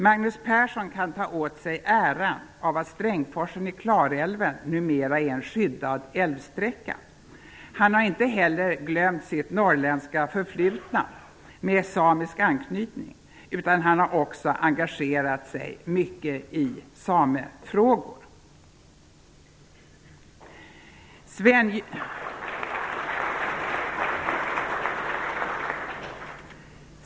Magnus Persson kan ta åt sig äran av att Strängsforsen i Klarälven numera är en skyddad älvsträcka. Han har inte heller glömt sitt norrländska förflutna, med samisk anknytning, utan han har också engagerat sig mycket i samefrågor.